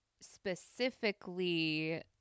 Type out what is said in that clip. specifically